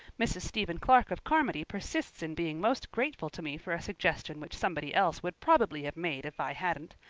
mrs. stephen clark of carmody persists in being most grateful to me for a suggestion which somebody else would probably have made if i hadn't.